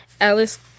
Alice